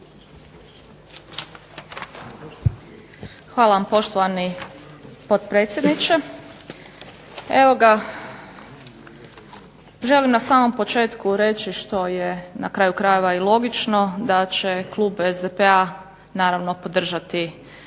Hvala vam poštovani potpredsjedniče. Evo ga želim na samom početku reći što je na kraju krajeva logično da će klub SDP-a podržati donošenje